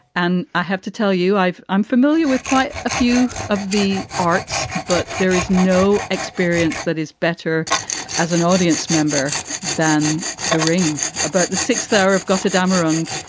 and i have to tell you, i'm familiar with quite a few of the arts, but there is no experience that is better as an audience member than the ring about the sixth year of gotterdammerung.